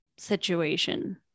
Situation